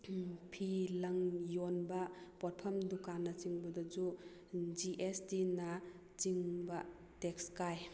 ꯐꯤ ꯂꯪ ꯌꯣꯟꯕ ꯄꯣꯠꯐꯝ ꯗꯨꯀꯥꯟꯅꯆꯤꯡꯕꯗꯁꯨ ꯖꯤ ꯑꯦꯁ ꯇꯤꯅ ꯆꯤꯡꯕ ꯇꯦꯛꯁ ꯀꯥꯏ